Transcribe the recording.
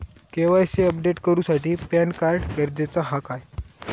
KYC update करूसाठी PAN card गरजेचा हा काय?